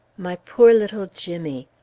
my poor little jimmy!